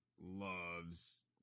loves